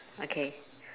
okay